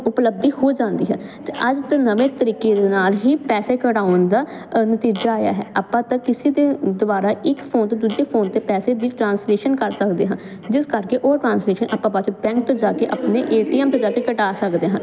ਉਪਲਬਧੀ ਹੋ ਜਾਂਦੀ ਹੈ ਅਤੇ ਅੱਜ ਤੋਂ ਨਵੇਂ ਤਰੀਕੇ ਦੇ ਨਾਲ ਹੀ ਪੈਸੇ ਕਢਾਉਣ ਦਾ ਨਤੀਜਾ ਆਇਆ ਹੈ ਆਪਾਂ ਤਾਂ ਕਿਸੇ ਦੇ ਦੁਆਰਾ ਇੱਕ ਫੋਨ ਤੋਂ ਦੂਜੇ ਫੋਨ 'ਤੇ ਪੈਸੇ ਦੀ ਟ੍ਰਾਂਸਲੇਸ਼ਨ ਕਰ ਸਕਦੇ ਹਾਂ ਜਿਸ ਕਰਕੇ ਉਹ ਟਰਾਂਸਲੇਸ਼ਨ ਆਪਾਂ ਬਾਅਦ 'ਚੋਂ ਬੈਂਕ ਤੋਂ ਜਾ ਕੇ ਆਪਣੇ ਏ ਟੀ ਐਮ ਤੋਂ ਜਾ ਕੇ ਕਢਾ ਸਕਦੇ ਹਾਂ